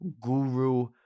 guru